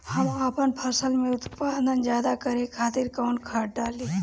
हम आपन फसल में उत्पादन ज्यदा करे खातिर कौन खाद डाली?